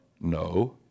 no